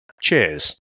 Cheers